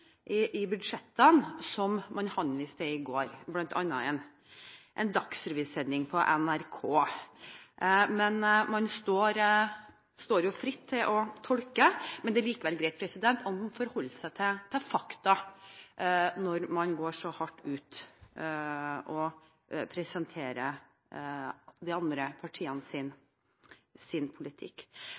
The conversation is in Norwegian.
inn i budsjettene, som man henviste til i går, bl.a. i en dagsrevysending på NRK. Man står fritt til å tolke, men det er likevel greit at man forholder seg til fakta når man går så hardt ut og presenterer de andre partienes politikk.